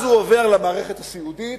אז הוא עובר למערכת הסיעודית,